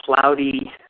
cloudy